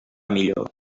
millor